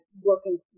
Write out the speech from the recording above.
working